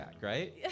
right